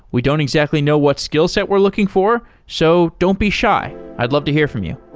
we don't exactly know what skillset we're looking for. so don't be shy. i'd love to hear from you.